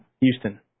Houston